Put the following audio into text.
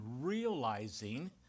realizing